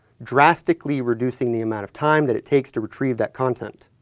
drastically reducing the amount of time that it takes to retrieve that content.